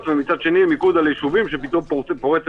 אנחנו רואים את זה ויודעים.